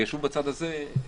וישבו בצד הזה פוליטיקאים.